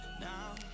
now